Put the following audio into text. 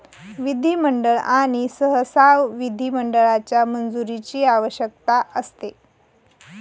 विधिमंडळ आणि सहसा विधिमंडळाच्या मंजुरीची आवश्यकता असते